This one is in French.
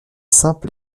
simple